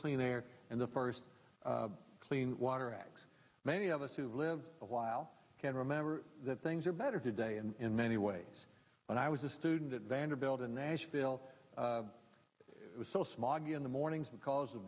clean air and the first clean water act many of us who live a while can remember that things are better today and in many ways when i was a student at vanderbilt in nashville it was so smog in the mornings because of